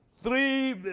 three